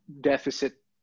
deficit